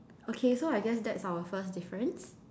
okay so I guess that's our first difference